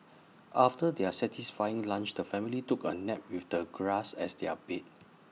after their satisfying lunch the family took A nap with the grass as their bed